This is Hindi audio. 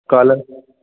काला